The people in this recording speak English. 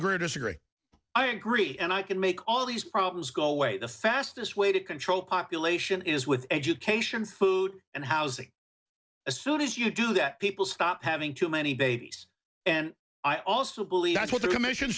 agree or disagree i agree and i could make all these problems go away the fastest way to control population is with education food and housing as soon as you do that people stop having too many babies and i also believe that's what the commission